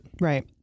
Right